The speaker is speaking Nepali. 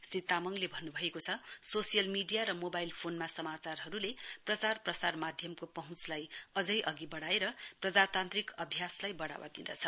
श्री तामङले भन्नुभएको छ सोसियल मीडिया र मोबाइल फोनमा समाचारहरूले प्रचार प्रसार माध्यमको पहँचलाई अझै अधि बढ़ाएर प्रजातान्त्रिक अभ्यासलाई बढ़ावा दिदँछ